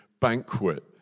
banquet